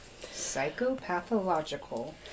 Psychopathological